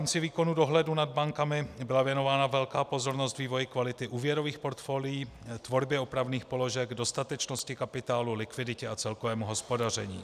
V rámci výkonu dohledu nad bankami byla věnována velká pozornost vývoji kvality úvěrových portfolií, tvorbě opravných položek, dostatečnosti kapitálu, likviditě a celkovému hospodaření.